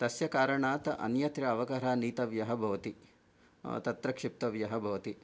तस्य कारणात् अन्यत्र अवकरः नीतव्यः भवति तत्र क्षिप्तव्यः भवति